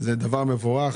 זה דבר מבורך.